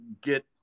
get